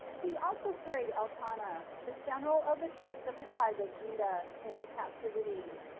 he also carried elkanah, the general of the troops of the tribe of judah, into captivity.